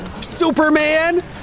Superman